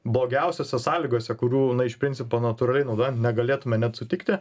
blogiausiose sąlygose kurių na iš principo natūraliai naudojant negalėtume net sutikti